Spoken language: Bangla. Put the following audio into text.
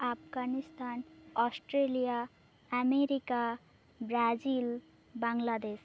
Afghanistan Australia America Brazil Bangladesh